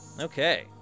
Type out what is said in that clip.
Okay